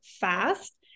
fast